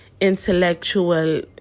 intellectual